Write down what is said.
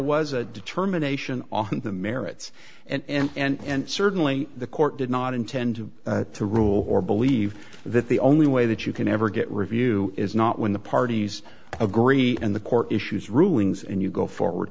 was a determination on the merits and certainly the court did not intend to rule or believe that the only way that you can ever get review is not when the parties agree and the court issues rulings and you go forward